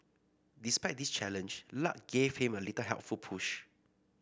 despite this challenge luck gave him a little helpful push